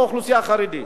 לאוכלוסייה החרדית.